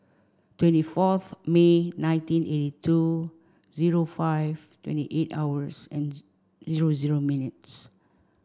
twenty fourth May nineteen eighty two zero five twenty eight hours and zero zero minutes